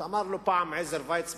נדמה לי שאמר לו פעם עזר ויצמן,